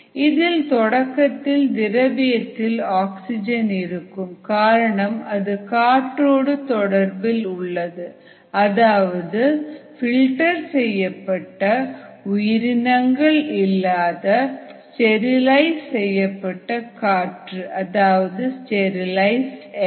இதில் தொடக்கத்தில் திரவியத்தில் ஆக்ஸிஜன் இருக்கும் காரணம் அது காற்றோடு தொடர்பில் உள்ளது அதாவது பில்டர் செய்யப்பட்ட உயிரினங்கள் இல்லாதஸ்டெர்லைஸ் செய்யப்பட்ட காற்று அதாவது ஸ்டெர்லைஸ்ட் ஏர்